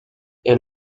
est